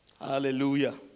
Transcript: Hallelujah